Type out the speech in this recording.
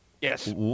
Yes